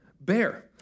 bear